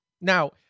Now